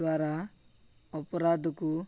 ଦ୍ୱାରା ଅପରାଧକୁ